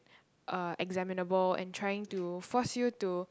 uh examinable and trying to force you to